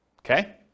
Okay